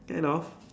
get off